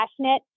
passionate